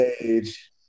age